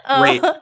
Wait